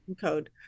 code